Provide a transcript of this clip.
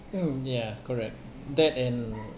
mm ya correct that and